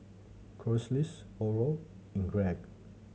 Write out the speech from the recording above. Corliss Oral and Greg